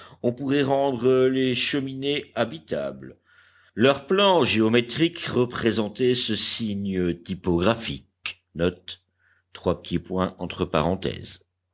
on pourrait rendre les cheminées habitables leur plan géométrique représentait ce signe typographique